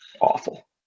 awful